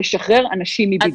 לשחרר אנשים מבידוד.